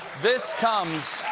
this comes